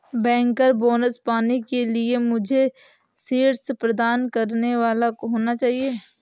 banker bonus पाने के लिए मुझे शीर्ष प्रदर्शन करने वाला होना चाहिए